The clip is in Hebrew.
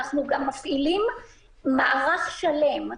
אנחנו גם מפעילים מערך שלם.